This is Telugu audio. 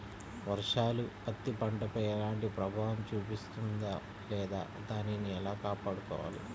వర్షాలు పత్తి పంటపై ఎలాంటి ప్రభావం చూపిస్తుంద లేదా దానిని ఎలా కాపాడుకోవాలి?